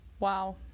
Wow